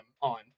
on